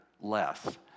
Less